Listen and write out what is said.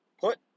Put